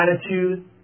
attitude